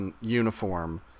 uniform